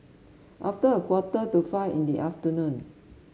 after a quarter to five in the afternoon